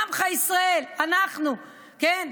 עמך ישראל, אנחנו, כן.